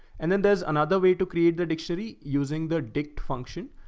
and then there's another way to create the dictionary using the dicked function,